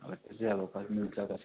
अब त्यो चाहिँ अब कति मिल्छ कसरी